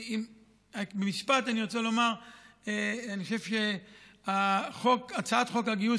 אני רוצה לומר משפט: אני חושב שהצעת חוק הגיוס